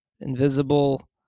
invisible